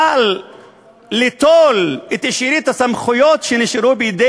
אבל ליטול את שארית הסמכויות שנשארו בידי